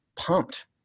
pumped